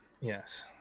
Yes